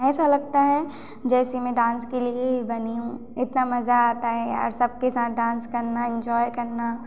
ऐसा लगता है जैसे मैं डांस के लिए ही बनी हूँ इतना मज़ा आता है यार सबके साथ डांस करना इन्जॉय करना